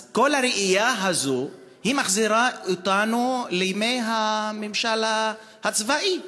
אז כל הראייה הזאת מחזירה אותנו לימי הממשל הצבאי.